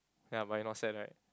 ya but you not sad right